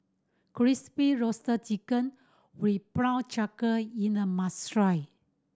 Crispy Roasted Chicken with prawn cracker must try